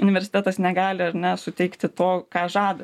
universitetas negali ar ne suteikti to ką žada